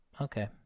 Okay